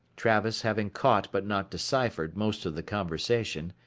travis, having caught but not deciphered most of the conversation,